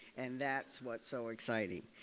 and that's what's so exciting.